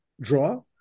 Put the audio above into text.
draw